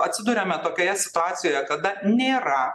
atsiduriame tokioje situacijoje kada nėra